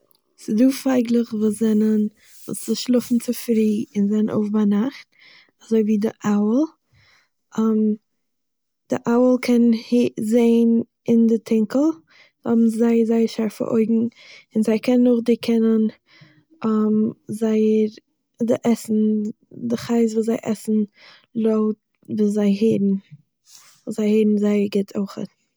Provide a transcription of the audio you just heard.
ס'דא פייגלעך וואס זענען, וואס ס'שלאפן צופרי און זענען אויף ביינאכט אזוי ווי דער אוועל, דער אוועל קען הער זעהן אין די טינקל, זיי האבן זייער זייער שארפע אויגן און זיי קענען אויך דערקענען זייער.. די עסן די חיות וואס זיי עסן לויט וואס זיי הערן, ווייל זיי הערן זייער גוט אויכעט.